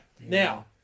Now